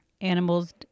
animals